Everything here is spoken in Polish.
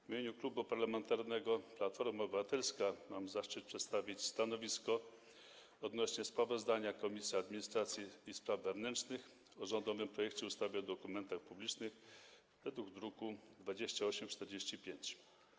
W imieniu Klubu Parlamentarnego Platforma Obywatelska mam zaszczyt przedstawić stanowisko odnośnie do sprawozdania Komisji Administracji i Spraw Wewnętrznych o rządowym projekcie ustawy o dokumentach publicznych zawartego w druku nr 2845.